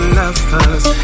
lovers